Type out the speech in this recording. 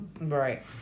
Right